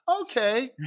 okay